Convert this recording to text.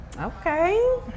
Okay